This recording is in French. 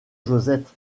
josette